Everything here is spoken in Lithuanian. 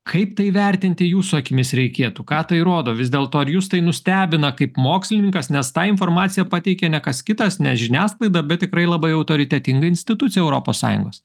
kaip tai vertinti jūsų akimis reikėtų ką tai rodo vis dėlto ar jus tai nustebina kaip mokslininkas nes tą informaciją pateikė ne kas kitas ne žiniasklaida bet tikrai labai autoritetinga institucija europos sąjungos